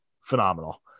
phenomenal